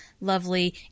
lovely